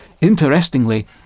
Interestingly